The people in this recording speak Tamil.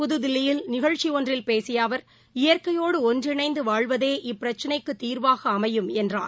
புதுதில்லியில் நிகழ்ச்சி ஒன்றில் பேசிய அவர் இயற்கையோடு ஒன்றிணைந்து வாழ்வதே இப்பிரச்னைக்குத் தீர்வாக அமையும் என்றார்